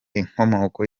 inkomoko